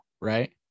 right